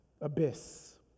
abyss